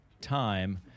time